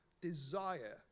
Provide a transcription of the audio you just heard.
desire